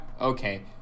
Okay